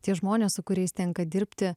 tie žmonės su kuriais tenka dirbti